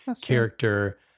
character